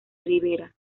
rivera